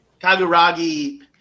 Kaguragi